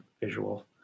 visual